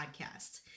podcast